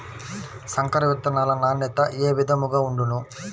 సంకర విత్తనాల నాణ్యత ఏ విధముగా ఉండును?